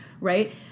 right